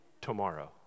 tomorrow